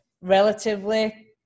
relatively